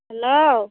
hello